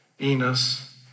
Enos